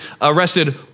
arrested